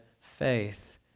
faith